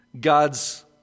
God's